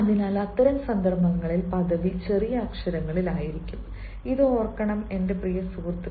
അതിനാൽ അത്തരം സന്ദർഭങ്ങളിൽ പദവി ചെറിയ അക്ഷരങ്ങളിൽ ആയിരിക്കും ഇത് ഓർക്കണം എന്റെ പ്രിയ സുഹൃത്ത്